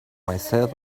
myself